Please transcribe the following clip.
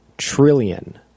trillion